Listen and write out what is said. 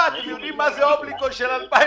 אתם יודעים מה זה אובליגו של 2018?